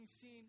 seen